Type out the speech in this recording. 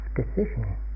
decision